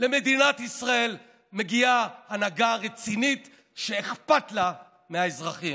למדינת ישראל מגיעה הנהגה רצינית שאכפת לה מהאזרחים.